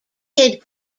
kid